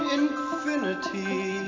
infinity